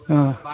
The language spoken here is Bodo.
औ